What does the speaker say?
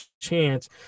chance